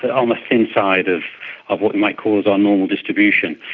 the um thin side of of what you might call is our normal distribution.